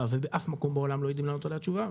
ובאף מקום בעולם לא יודעים לענות עליה תשובה.